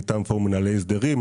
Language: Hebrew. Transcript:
מטעם פורום מנהלי הסדרים,